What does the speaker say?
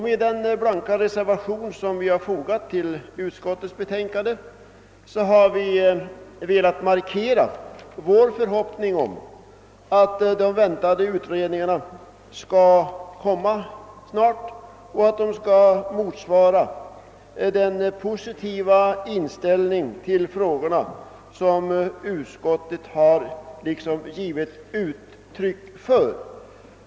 Med den blanka reservation som vi fogat till utskottets betänkande har vi velat markera vår förhoppning om att utredningarnas resultat skall komma snart och att de skall motsvara den positiva inställning till dessa frågor som utskottet har givit uttryck för.